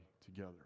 together